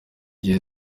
gihe